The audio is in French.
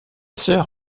sœur